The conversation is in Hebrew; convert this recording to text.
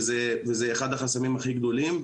וזה אחד החסמים הכי גדולים.